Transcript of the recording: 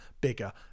bigger